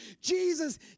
Jesus